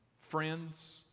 Friends